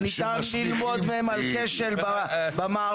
שניתן ללמוד מהם על כשל במערכת.